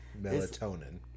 Melatonin